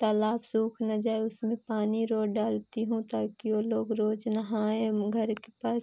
तालाब सूख ना जाए उसमें पानी रोज़ डालती हूँ ताकि वे लोग रोज़ नहाएँ हम घर के पास